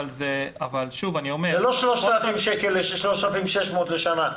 זה לא 3,600 שקלים לשנה.